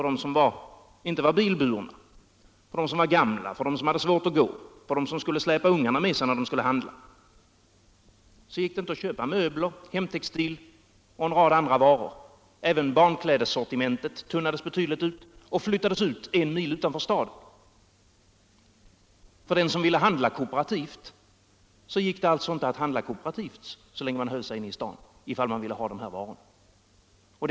De som inte var bilburna, de som var gamla, de som hade svårt att gå, de som måste släpa ungarna med sig när de skulle ut och handla kunde inte köpa möbler, hemtextil och en rad andra varor — även barnkläderssortimentet tunnades ut vetvdiigt och flyttades ut en mil utanför staden. För dem som ville handla kooperativt gick det alltså inte att handla kooperativt så länge de höll sig inne i staden, ifall de ville ha sådana varor.